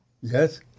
Yes